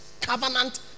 covenant